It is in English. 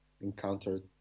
encountered